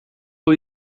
who